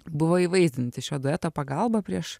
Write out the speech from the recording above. buvo įvaizdinti šio dueto pagalba prieš